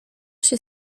się